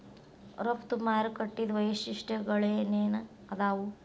ರಫ್ತು ಮಾರುಕಟ್ಟಿದ್ ವೈಶಿಷ್ಟ್ಯಗಳೇನೇನ್ ಆದಾವು?